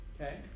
Okay